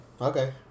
Okay